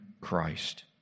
Christ